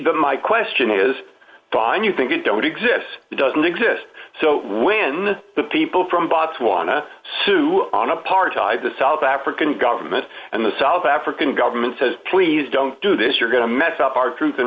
my question is gone you think you don't exist doesn't exist so when the people from botswana sue on apartheid the south african government and the south african government says please don't do this you're going to mess up our tr